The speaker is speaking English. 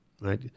right